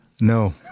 No